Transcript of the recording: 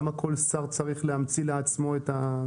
למה כל שר צריך להמציא לעצמו את זה.